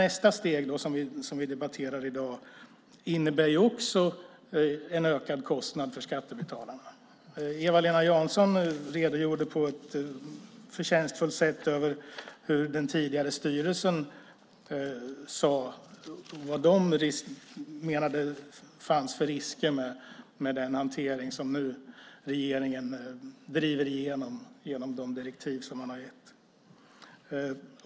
Nästa steg, som vi debatterar i dag, innebär också en ökad kostnad för skattebetalarna. Eva-Lena Jansson redogjorde på ett förtjänstfullt sätt för vad den tidigare styrelsen menade fanns för risker med den hantering som regeringen nu driver igenom genom de direktiv som man har gett.